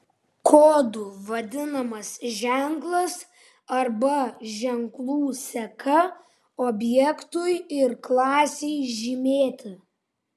kodu vadinamas ženklas arba ženklų seka objektui ir klasei žymėti